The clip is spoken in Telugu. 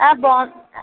బాగుం